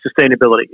sustainability